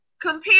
compare